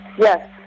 Yes